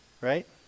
right